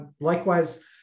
likewise